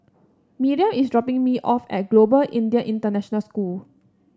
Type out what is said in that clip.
Miriam is dropping me off at Global Indian International School